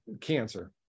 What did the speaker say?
cancer